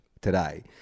today